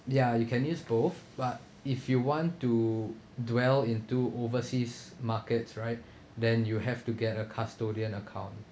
ya you can use both but if you want to dwell into overseas markets right then you have to get a custodian account